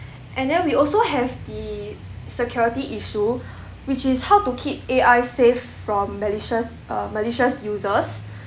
and then we also have the security issue which is how to keep A_I safe from malicious uh malicious users